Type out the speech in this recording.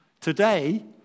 Today